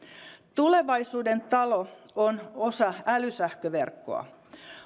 tulevaisuuden talo on osa älysähköverkkoa